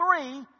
three